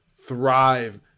thrive